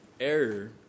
error